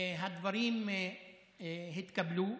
הדברים התקבלו,